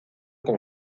con